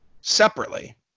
separately